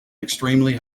extremely